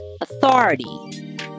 authority